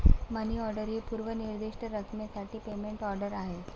मनी order ही पूर्व निर्दिष्ट रकमेसाठी पेमेंट ऑर्डर आहे